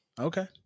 Okay